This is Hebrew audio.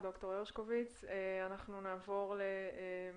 נעבור לגיא